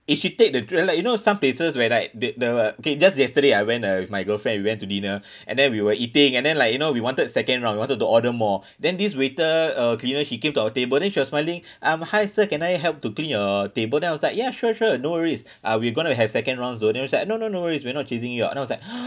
if she take the tray like you know some places where like they the okay just yesterday I went uh with my girlfriend we went to dinner and then we were eating and then like you know we wanted second round we wanted to order more then this waiter uh cleaner he came to our table then he was smiling um hi sir can I help to clean your table then I was like ya sure sure no worries uh we going to have second round so then he was like no no no worries we're not chasing you out then I was like